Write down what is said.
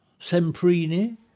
Semprini